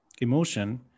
emotion